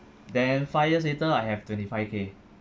then five years later I have twenty five K